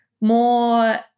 more